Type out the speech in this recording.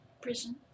prison